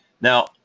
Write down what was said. Now